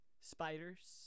spiders